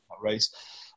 race